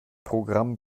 programm